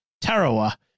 Tarawa